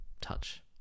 touch